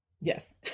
yes